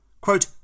Quote